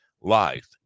lies